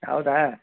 ಹೌದಾ